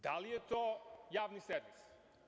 Da li je to javni servis?